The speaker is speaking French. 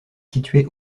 situé